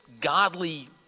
godly